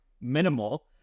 minimal